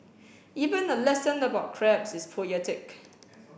even a lesson about crabs is poetic